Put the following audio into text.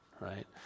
Right